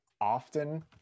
often